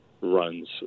runs